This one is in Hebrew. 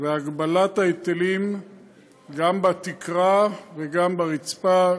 והגבלת ההיטלים גם בתקרה וגם ברצפה,